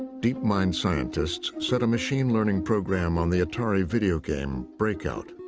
deep-mind scientists set a machine-learning program on the atari video game breakout.